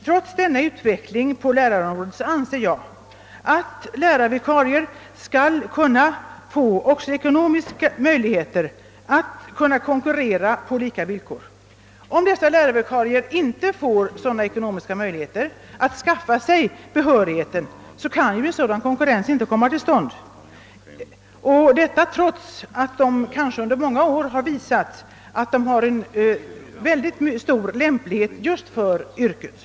Trots denna utveckling på lärarområdet anser jag att lärarvikarier skall kunna få också ekonomiska möjligheter att kunna konkurrera på lika villkor. Om dessa lärarvikarier inte får ekonomiska möjligheter att skaffa sig behörighet, kan en sådan konkurrens inte komma till stånd, detta trots att de kanske under många år visat att de äger mycket stor lämplighet just för yrket.